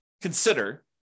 consider